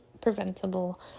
preventable